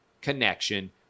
connection